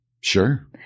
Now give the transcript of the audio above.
Sure